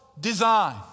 design